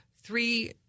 three